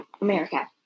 America